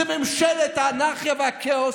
זו ממשלת האנרכיה והכאוס,